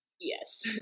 yes